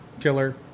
Killer